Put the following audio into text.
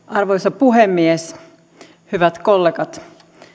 arvoisa puhemies hyvät kollegat